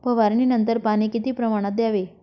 फवारणीनंतर पाणी किती प्रमाणात द्यावे?